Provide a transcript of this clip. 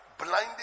blinding